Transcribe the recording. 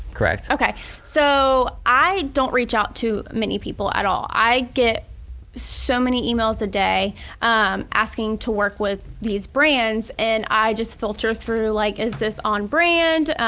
correct. so i don't reach out to many people at all. i get so many emails a day asking to work with these brands and i just filter through like is this on brand,